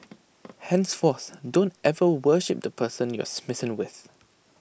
henceforth don't ever worship the person you're smitten with